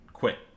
Quit